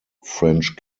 french